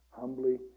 Humbly